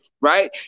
Right